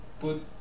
Put